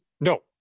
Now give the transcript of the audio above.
No